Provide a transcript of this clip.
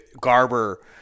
Garber